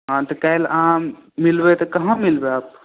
हँ तऽ काल्हि अहाँ मिलबै तऽ कहाँ मिलबै आप